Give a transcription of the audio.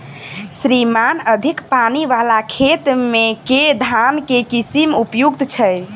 श्रीमान अधिक पानि वला खेत मे केँ धान केँ किसिम उपयुक्त छैय?